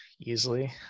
easily